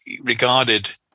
regarded